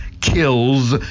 kills